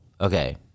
Okay